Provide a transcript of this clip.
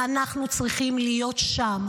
ואנחנו צריכים להיות שם,